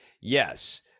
yes